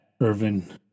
Irvin